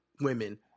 women